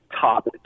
top